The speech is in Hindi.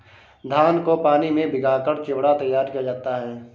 धान को पानी में भिगाकर चिवड़ा तैयार किया जाता है